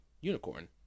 Unicorn